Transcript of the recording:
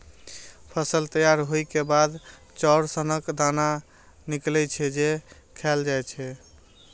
फसल तैयार होइ के बाद चाउर सनक दाना निकलै छै, जे खायल जाए छै